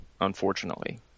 unfortunately